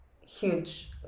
huge